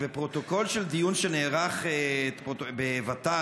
בפרוטוקול של דיון שנערך בוות"ל,